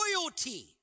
loyalty